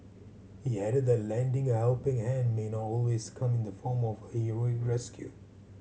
he added that lending a helping hand may not always come in the form of heroic rescue